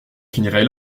finirai